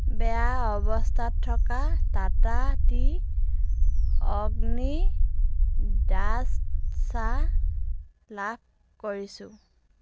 বেয়া অৱস্থাত থকা টাটা টি অগ্নি ডাষ্ট চাহ লাভ কৰিছোঁ